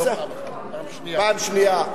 פעם שנייה.